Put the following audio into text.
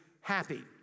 happy